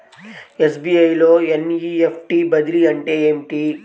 SBI లో NEFT బదిలీ అంటే ఏమిటి?